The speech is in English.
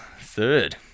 Third